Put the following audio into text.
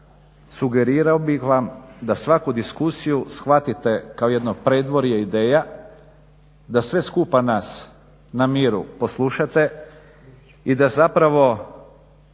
sugerirao bih vam da svaku diskusiju shvatite kao jedno predvorje ideja, da sve skupa nas na miru poslušate i da zapravo